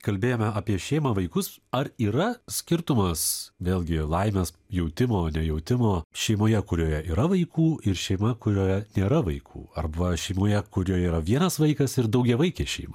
kalbėjome apie šeimą vaikus ar yra skirtumas vėlgi laimės jautimo nejautimo šeimoje kurioje yra vaikų ir šeima kurioje nėra vaikų arba šeimoje kurioje yra vienas vaikas ir daugiavaikė šeima